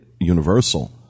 Universal